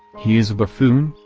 he is a buffoon,